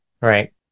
right